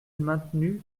maintenu